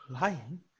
Lying